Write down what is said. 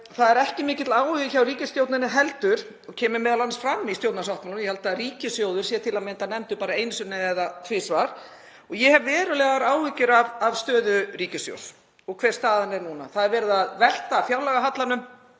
að ekki er mikill áhugi hjá ríkisstjórninni heldur og það kemur m.a. fram í stjórnarsáttmálanum — ég held að ríkissjóður sé til að mynda nefndur bara einu sinni eða tvisvar. Ég hef verulegar áhyggjur af stöðu ríkissjóðs og hver staðan er núna. Það er verið að velta fjárlagahallanum